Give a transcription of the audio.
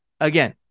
Again